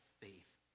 faith